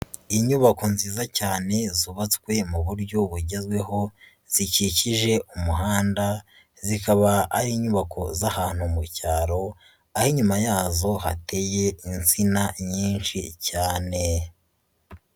Inyubako nziza cyane zubatswe mu buryo bugezweho zikikije umuhanda, zikaba ari inyubako z'ahantu mu cyaro, aho inyuma yazo hateye insina nyinshi cyane.